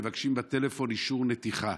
ומבקשים בטלפון אישור נתיחה.